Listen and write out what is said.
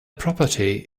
property